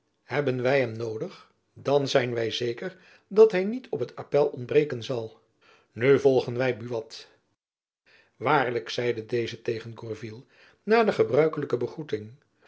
hebben wy hem noodig dan zijn wy zeker dat hy niet op t appél ontbreken zal nu volgen wy buat waarlijk zeide deze tegen gourville na de gebruikelijke begroeting